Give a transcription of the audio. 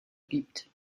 gibt